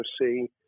see